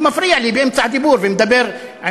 הוא מפריע לי באמצע הדיבור ומדבר עם